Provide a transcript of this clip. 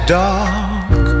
dark